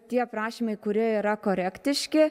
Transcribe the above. tie aprašymai kurie yra korektiški